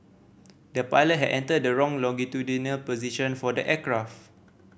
the pilot had entered the wrong longitudinal position for the aircraft